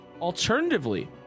Alternatively